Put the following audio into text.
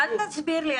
אל תסביר לי,